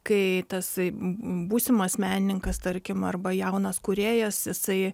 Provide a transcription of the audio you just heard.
kai tas būsimas menininkas tarkim arba jaunas kūrėjas jisai